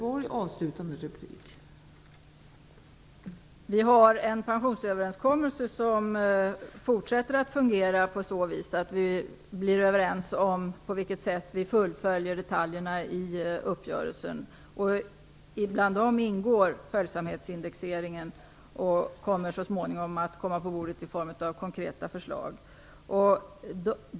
Fru talman! Vi har en pensionsöverenskommelse som fortsätter att fungera på så vis att vi skall komma överens om på vilket sätt detaljerna i uppgörelsen skall fullföljas. Bland dessa detaljer ingår följsamhetsindexeringen, och den kommer så småningom att hamna på bordet i form av konkreta förslag.